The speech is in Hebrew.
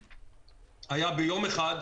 היה ביום אחד,